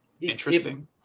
interesting